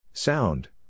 Sound